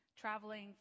traveling